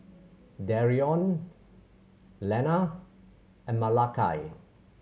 Darion Lena and Malakai